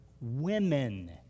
Women